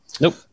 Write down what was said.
Nope